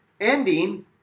ending